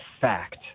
fact